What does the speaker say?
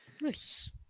Nice